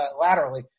laterally